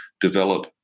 develop